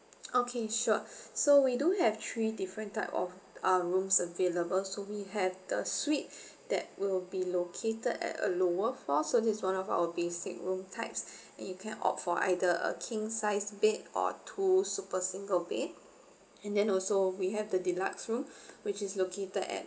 okay sure so we do have three different type of uh rooms available so we have the suite that will be located at a lower floor so this one of our basic room types you can opt for either a king sized bed or two super single bed and then also we have the deluxe room which is located at